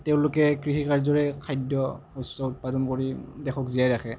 তেওঁলোকে কৃষি কাৰ্যৰে খাদ্যবস্তু উৎপাদন কৰি দেশক জীয়াই ৰাখে